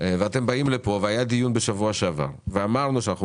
ואתם באים לפה והיה דיון בשבוע שעבר ואמרנו שאנחנו